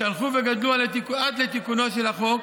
שהלכו וגדלו עד לתיקונו של החוק,